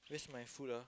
where's my food ah